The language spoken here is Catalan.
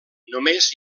només